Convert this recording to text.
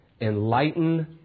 enlighten